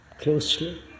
closely